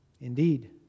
Indeed